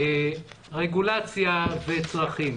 רגולציה וצרכים.